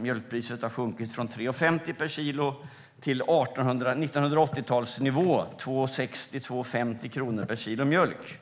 Mjölkpriset har sjunkit från 3,50 per kilo till 1980-talsnivå, det vill säga 2,50-2,60 kronor per kilo mjölk.